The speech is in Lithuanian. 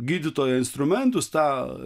gydytojo instrumentus tą